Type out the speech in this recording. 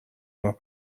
راه